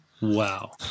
Wow